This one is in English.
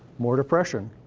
more depression.